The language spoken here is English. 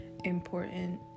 important